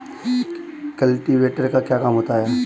Cultivator का क्या काम होता है?